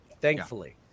thankfully